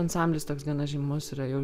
ansamblis toks gana žymus yra jau